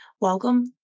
Welcome